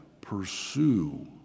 pursue